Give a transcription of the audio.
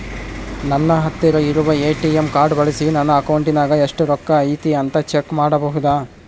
ನನ್ನ ಹತ್ತಿರ ಇರುವ ಎ.ಟಿ.ಎಂ ಕಾರ್ಡ್ ಬಳಿಸಿ ನನ್ನ ಅಕೌಂಟಿನಾಗ ಎಷ್ಟು ರೊಕ್ಕ ಐತಿ ಅಂತಾ ಚೆಕ್ ಮಾಡಬಹುದಾ?